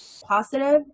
positive